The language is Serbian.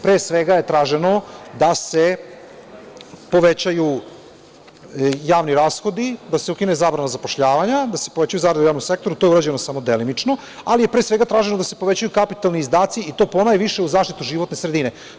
Pre svega je traženo da se povećaju javni rashodi, da se ukine zabrana zapošljavanja, da se povećaju zarade u javnom sektoru, to je urađeno samo delimično, ali je pre svega traženo da se povećaju kapitalni izdaci i to ponajviše u zaštitu životne sredine.